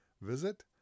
visit